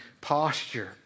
posture